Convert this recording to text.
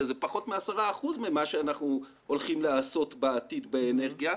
זה פחות מ-10 אחוזים ממה שאנחנו הולכים לעשות בעתיד באנרגיה,